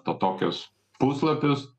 to tokius puslapius